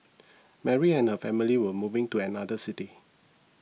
Mary and her family were moving to another city